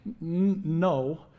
No